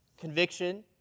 Conviction